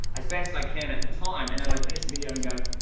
as best i can at the time, and then i finished the video and go,